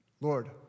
Lord